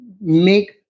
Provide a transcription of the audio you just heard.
make